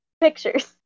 pictures